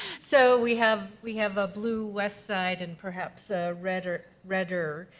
so we have we have a blue west side and perhaps a redder redder